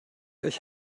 euch